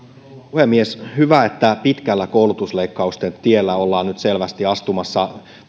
puhemies hyvä että pitkältä koulutusleikkausten tieltä ollaan nyt selvästi astumassa